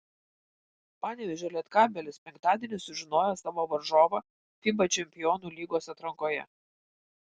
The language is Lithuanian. panevėžio lietkabelis penktadienį sužinojo savo varžovą fiba čempionų lygos atrankoje